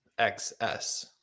XS